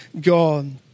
God